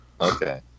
okay